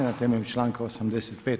Na temelju članka 85.